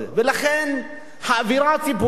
ולכן, באווירה הציבורית,